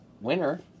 winner